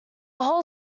hull